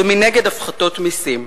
ומנגד הפחתות מסים.